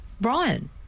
Brian